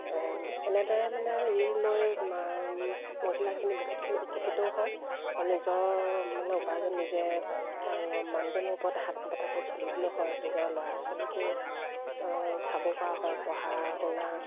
এনেদৰে মানে ঋণ লৈ মহিলাখিনি বহুতখিনি উপকৃতও হয় আৰু নিজৰ মানে উপাৰ্জন নিজে মানুহজনৰ ওপৰত হাত নপতাকৈ চলিবলৈ হয় নিজৰ ল'ৰা ছোৱালীকো চাব পৰা হয় পঢ়া শুনা